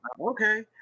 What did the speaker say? Okay